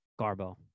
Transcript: Garbo